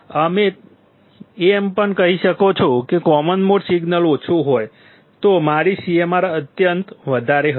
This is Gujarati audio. તમે એમ પણ કહી શકો કે જો કોમન મોડ સિગ્નલ ઓછું હોય તો મારી CMRR અત્યંત વધારે હશે